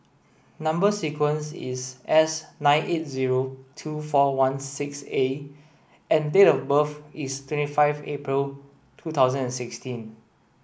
number sequence is S nine eight zero two four one six A and date of birth is twenty five April two thousand and sixteen